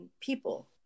people